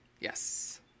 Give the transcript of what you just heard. Yes